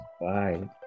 Bye